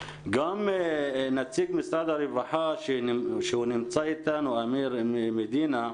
גם נציג משרד הרווחה שנמצא אתנו, אמיר מדינה,